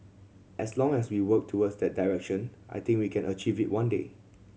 as long as we work towards that direction I think we can achieve it one day